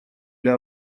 для